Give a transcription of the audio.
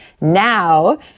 now